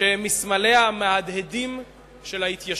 שהם מסמליה המהדהדים של ההתיישבות,